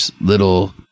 little